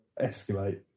escalate